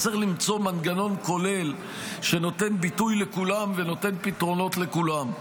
צריך למצוא מנגנון כולל שנותן ביטוי לכולם ונותן פתרונות לכולם.